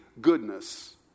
goodness